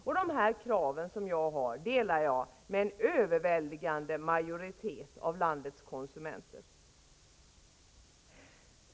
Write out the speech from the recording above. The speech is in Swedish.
Det här är krav som jag delar med en överväldigande majoritet av landets konsumenter.